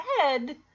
head